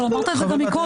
אבל אמרת את זה גם קודם.